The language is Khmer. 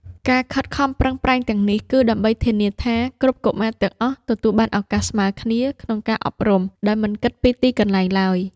ការខិតខំប្រឹងប្រែងទាំងនេះគឺដើម្បីធានាថាគ្រប់កុមារទាំងអស់ទទួលបានឱកាសស្មើគ្នាក្នុងការអប់រំដោយមិនគិតពីទីកន្លែងឡើយ។